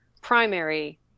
primary